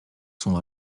sont